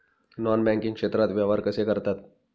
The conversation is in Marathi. नॉन बँकिंग क्षेत्रात व्यवहार कसे करतात?